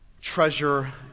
treasure